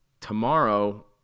Tomorrow